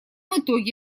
итоге